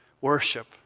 worship